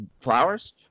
flowers